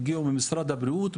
הגיעו ממשרד הבריאות,